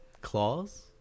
claws